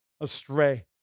astray